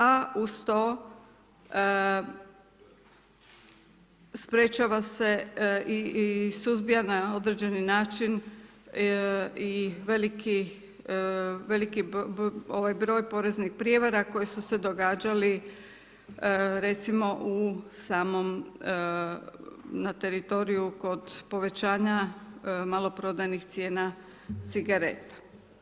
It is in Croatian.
A uz to sprječava se i suzbija na određeni način i veliki broj poreznih prijevara koji su se događali recimo u samom, na teritoriju kod povećanja maloprodajnih cijena cigareta.